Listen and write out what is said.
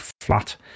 flat